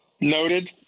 noted